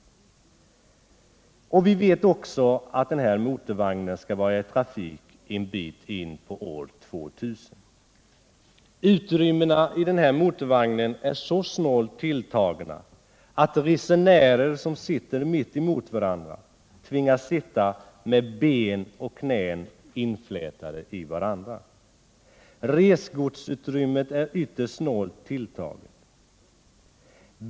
Vi vet också att den skall vara i trafik en bit in på 2000-talet. Utrymmena i den här motorvagnen är så snålt tilltagna att resenärer som sitter mitt emot varandra tvingas sitta med ben och knän inflätade i varandra. Resgodsutrymmet är ytterst snålt tilltaget.